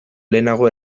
lehenago